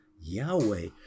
Yahweh